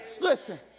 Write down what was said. Listen